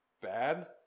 bad